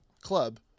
club